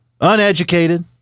uneducated